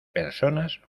personas